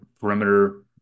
perimeter